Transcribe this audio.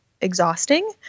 exhausting